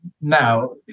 now